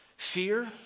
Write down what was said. Fear